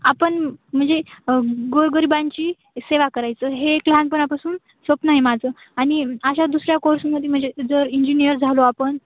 आपण म्हणजे गोरगरिबांची सेवा करायचं हे एक लहानपणापासून स्वप्न आहे माझं आणि अशा दुसऱ्या कोर्समध्ये म्हणजे जर इंजिनियर झालो आपण